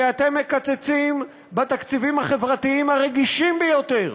כי אתם מקצצים בתקציבים החברתיים הרגישים ביותר